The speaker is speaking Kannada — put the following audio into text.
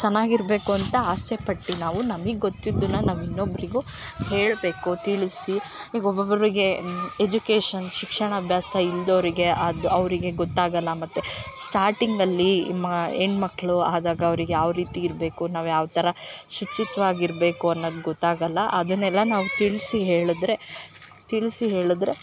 ಚೆನ್ನಾಗ್ ಇರಬೇಕು ಅಂತ ಆಸೆ ಪಟ್ಟು ನಾವು ನಮಗ್ ಗೊತ್ತಿದ್ದನ್ನ ನಾವು ಇನ್ನೊಬ್ಬರಿಗು ಹೇಳಬೇಕು ತಿಳಿಸಿ ಈಗ ಒಬ್ಬೊಬ್ಬರಿಗೆ ಎಜುಕೇಶನ್ ಶಿಕ್ಷಣ ಅಭ್ಯಾಸ ಇಲ್ಲದವ್ರಿಗೆ ಅದು ಅವರಿಗೆ ಗೊತ್ತಾಗೋಲ್ಲ ಮತ್ತು ಸ್ಟಾರ್ಟಿಂಗಲ್ಲಿ ಮ ಹೆಣ್ ಮಕ್ಕಳು ಆದಾಗ ಅವರಿಗೆ ಯಾವ್ರೀತಿ ಇರಬೇಕು ನಾವು ಯಾವ್ತರ ಶುಚಿತ್ವ ಆಗಿರಬೇಕು ಅನ್ನೋದು ಗೊತ್ತಾಗೋಲ್ಲ ಅದನ್ನೆಲ್ಲಾ ನಾವು ತಿಳಿಸಿ ಹೇಳಿದ್ರೆ ತಿಳಿಸಿ ಹೇಳಿದ್ರೆ